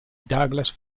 douglas